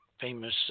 famous